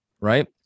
Right